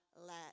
let